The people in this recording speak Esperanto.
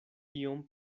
iom